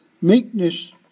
meekness